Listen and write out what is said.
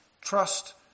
Trust